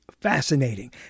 fascinating